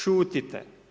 Šutite.